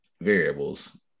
variables